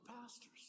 pastors